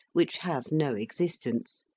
which have no existence,